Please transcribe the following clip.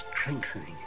strengthening